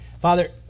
Father